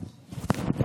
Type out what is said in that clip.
בבקשה.